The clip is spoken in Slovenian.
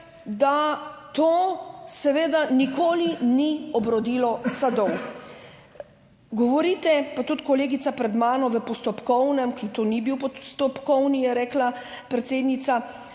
da to seveda nikoli ni obrodilo sadov. Govorite, pa tudi kolegica pred mano v postopkovnem, ki to ni bil postopkovni, je rekla predsednica,